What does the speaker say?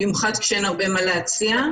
במיוחד כשאין הרבה מה להציע.